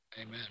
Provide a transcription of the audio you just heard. Amen